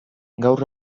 gaur